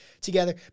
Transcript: together